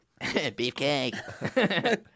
beefcake